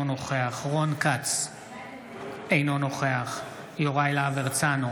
אינו נוכח יוראי להב הרצנו,